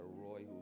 Roy